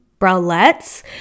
bralettes